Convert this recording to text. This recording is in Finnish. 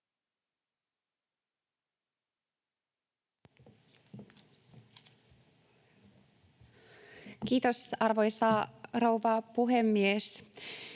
Kiitos, arvoisa rouva puhemies!